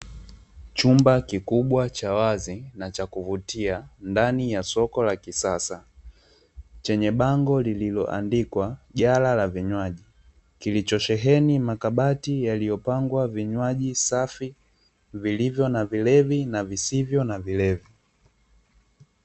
Chumba kikubwa cha wazi na chakuvutia ndani ya soko la kisasa, Chenye bango lililo andikwa ghala la vinywaji, Kilicho sheheni makabati yaliyo pangwa vinywaji safi vilivyo na vilevi na visivyo na vilevi.